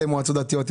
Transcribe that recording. אלה מועצות דתיות,